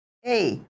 Hey